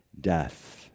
death